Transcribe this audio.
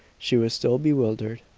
she was still bewildered.